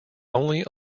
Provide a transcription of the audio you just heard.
only